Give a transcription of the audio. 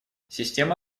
система